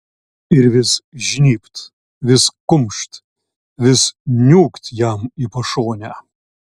ir vis žnybt vis kumšt vis niūkt jam į pašonę